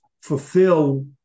fulfill